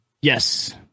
Yes